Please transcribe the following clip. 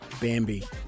Bambi